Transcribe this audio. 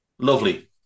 Lovely